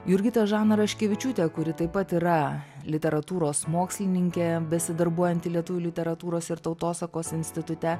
jurgitą žaną raškevičiūtę kuri taip pat yra literatūros mokslininkė besidarbuojanti lietuvių literatūros ir tautosakos institute